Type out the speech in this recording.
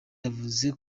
yavuze